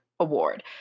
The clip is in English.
Award